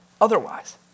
otherwise